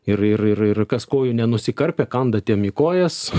ir ir ir ir kas kojų nenusikarpę kanda tiem į kojas